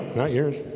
not yours